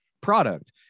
product